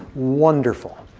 wonderful.